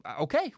okay